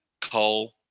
coal